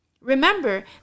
Remember